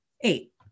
Eight